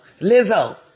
Lizzo